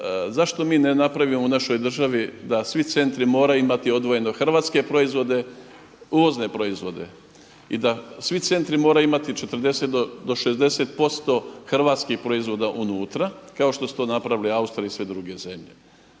zašto mi ne napravimo u našoj državi da svi centri moraju imati odvojeno hrvatske proizvode, uvozne proizvode i da svi centri moraju imati 40 do 60% hrvatskih proizvoda unutra kao što su to napravile Austrija i sve druge zemlje.